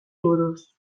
buruz